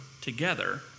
together